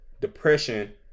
depression